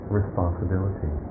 responsibility